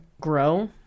grow